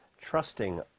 trusting